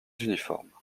uniformes